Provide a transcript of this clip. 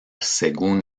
según